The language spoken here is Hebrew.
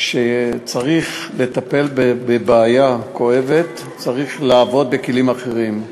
כשצריך לטפל בבעיה כואבת צריך לעבוד בכלים אחרים,